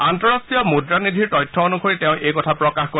আন্তঃৰাষ্টীয় মূদ্ৰা নিধিৰ তথ্য অনুসৰি তেওঁ এই কথা প্ৰকাশ কৰে